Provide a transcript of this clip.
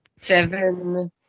Seven